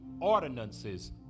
ordinances